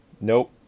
Nope